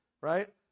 right